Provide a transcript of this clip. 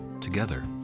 Together